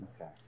Okay